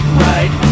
right